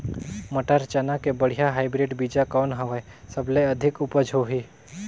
मटर, चना के बढ़िया हाईब्रिड बीजा कौन हवय? सबले अधिक उपज होही?